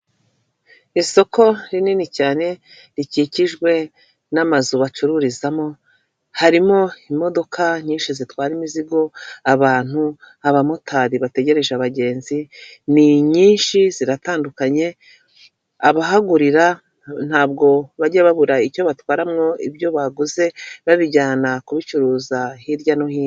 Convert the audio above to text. Isoko rinini cyane rikikijwe n'amazu bacururizamo harimo imodoka nyinshi zitwara imizigo abantu abamotari bategereje abagenzi ni nyinshi ziratandukanye abahagurira ntabwo bajya babura icyo batwaramwo ibyo baguze babijyana kubicuruza hirya no hino.